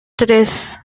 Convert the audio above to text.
tres